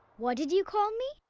what did you call me?